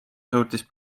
suutis